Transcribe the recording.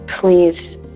please